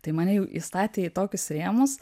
tai mane jau įstatė į tokius rėmus